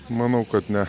manau kad ne